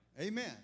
Amen